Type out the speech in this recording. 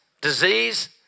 disease